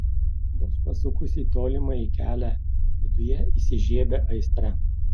vos pasukus į tolimąjį kelią viduje įsižiebia aistra